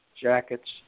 Jackets